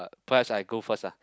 uh perhaps I go first ah